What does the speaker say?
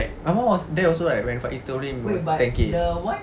like mama was there also right when faiz touring with ten K